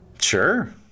sure